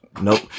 Nope